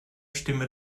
stimme